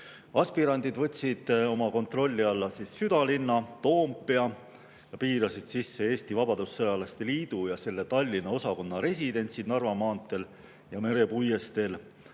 Aspirandid võtsid oma kontrolli alla südalinna, Toompea ja piirasid sisse Eesti Vabadussõjalaste Liidu ja selle Tallinna osakonna residentsid Narva maanteel ja Mere puiesteel.